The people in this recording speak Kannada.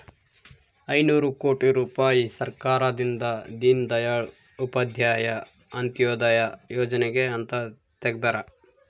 ಐನೂರ ಕೋಟಿ ರುಪಾಯಿ ಸರ್ಕಾರದಿಂದ ದೀನ್ ದಯಾಳ್ ಉಪಾಧ್ಯಾಯ ಅಂತ್ಯೋದಯ ಯೋಜನೆಗೆ ಅಂತ ತೆಗ್ದಾರ